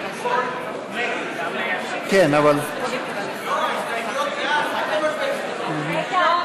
הצעת חוק-יסוד: הממשלה (תיקון מס' 3 והוראת שעה לכנסת ה-20).